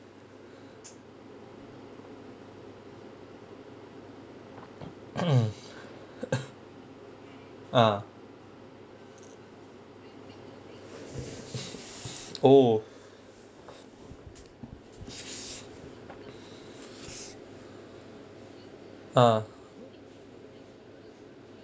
ah oh ah